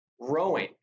rowing